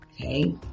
okay